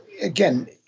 again